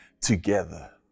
together